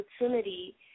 opportunity